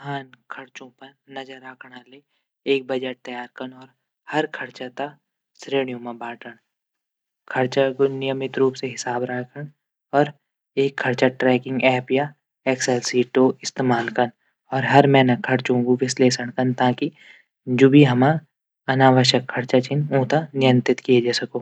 महान खर्चों पर नजर कू एक बजट तैयार कन। हर खर्चा तै श्रेणियों मा बंटण। खर्च क नियमित रूप से रखण एक खर्चा ट्रैकिंग एप या एक्सेल सीट कू इस्तेमाल कन और हर महैना खर्चों विश्लेषण कन। जू भी हमर अनावश्यक खर्चा छन ऊंथै नियंत्रित किये जा सको।